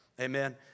amen